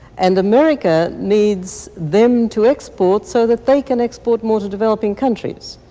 and america needs them to export so that they can export more to developing countries.